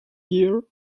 year